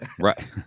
Right